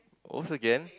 also can